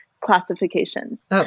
classifications